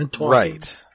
Right